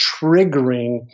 triggering